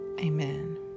Amen